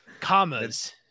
commas